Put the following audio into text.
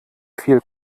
viel